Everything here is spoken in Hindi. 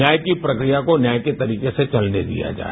न्याय की प्रक्रिया को न्याय के तरीके से चलने दिया जाए